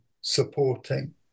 supporting